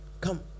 Come